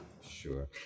sure